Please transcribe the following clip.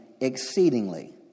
exceedingly